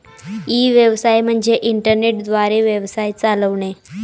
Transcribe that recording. E व्यवसाय म्हणजे internet द्वारे व्यवसाय चालवणे